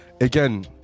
again